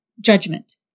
judgment